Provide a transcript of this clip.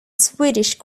swedish